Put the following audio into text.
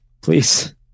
please